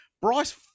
Bryce